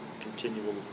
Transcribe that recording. continual